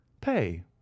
Pay